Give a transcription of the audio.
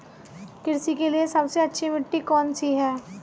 कृषि के लिए सबसे अच्छी मिट्टी कौन सी है?